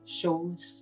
shows